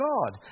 God